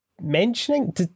mentioning